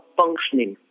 functioning